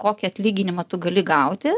kokį atlyginimą tu gali gauti